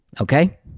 Okay